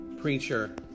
preacher